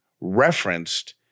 referenced